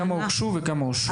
כמה הוגשו וכמה אושרו.